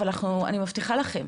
אבל אני מבטיחה לכם,